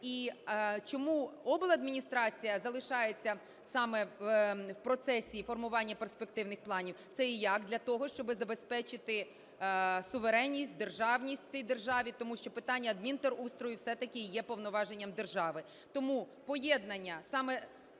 І чому обладміністрація залишається саме в процесі формування перспективних планів, це і як для того, щоб забезпечити суверенність, державність в цій державі. Тому що питання адмінтерустрою все-таки є повноваженням держави.